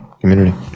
community